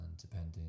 depending